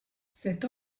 cette